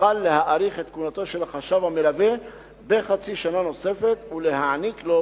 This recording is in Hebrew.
יוכל להאריך את כהונתו של החשב המלווה בחצי שנה נוספת ולהעניק לו,